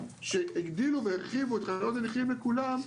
כשהגדילו והרחיבו את חניות הנכים לכולם.